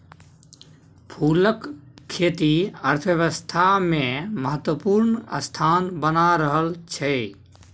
फूलक खेती अर्थव्यवस्थामे महत्वपूर्ण स्थान बना रहल छै